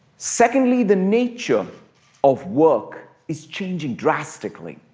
secondly, the nature of work is changing drastically.